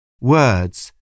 Words